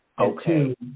Okay